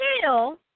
tail